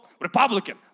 Republican